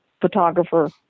Photographer